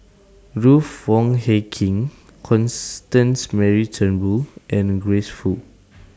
Ruth Wong Hie King Constance Mary Turnbull and Grace Fu